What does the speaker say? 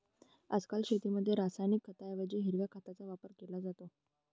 आजकाल शेतीमध्ये रासायनिक खतांऐवजी हिरव्या खताचा वापर केला जात आहे